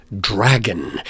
dragon